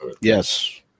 Yes